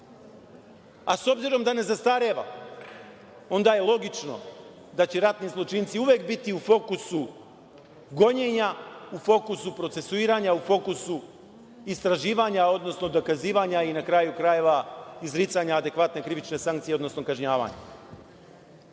a s obzirom da ne zastareva, onda je logično da će ratni zločinci uvek biti u fokusu gonjenja, u fokusu procesuiranja, u fokusu istraživanja, odnosno dokazivanja i, na kraju krajeva, izricanja adekvatne krivične sankcije, odnosno kažnjavanja.Zašto